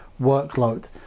workload